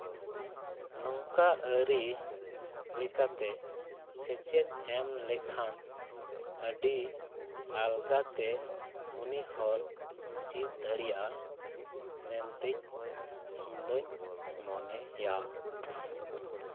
ᱱᱚᱝᱠᱟ ᱟᱹᱨᱤ ᱞᱮᱠᱟᱛᱮ ᱥᱮᱪᱮᱫ ᱮᱢ ᱞᱮᱠᱷᱟᱱ ᱟᱹᱰᱤ ᱟᱞᱜᱟᱛᱮ ᱩᱱᱤ ᱦᱚᱲ ᱪᱮᱫ ᱫᱟᱲᱮᱭᱟᱜᱼᱟ ᱢᱮᱱᱛᱤᱧ ᱤᱧᱫᱩᱧ ᱢᱚᱱᱮᱭᱟ